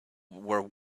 were